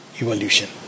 evolution